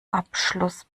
abschluss